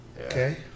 Okay